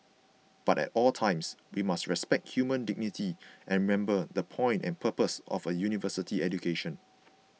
but at all times we must respect human dignity and remember the point and purpose of a University education